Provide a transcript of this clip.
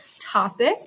topic